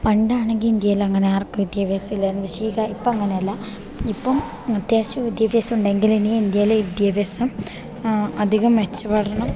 പണ്ടാണെങ്കി ഇന്ത്യയിലങ്ങനാർക്കും വിദ്യാഭ്യാസില്ലാന്ന് വിഷയില്ല ഇപ്പങ്ങനെയല്ല ഇപ്പം അത്യാശ്യം വിദ്യാഭ്യാസൊണ്ടെങ്കിലിനി ഇന്ത്യയിലെ വിദ്യാഭ്യാസം അധികം മെച്ചപ്പെടണം